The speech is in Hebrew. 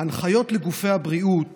ההנחיות לגופי הבריאות